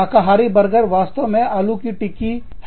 शाकाहारी बर्गर वास्तव में आलू की टिक्की है